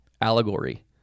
allegory